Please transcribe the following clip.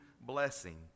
blessing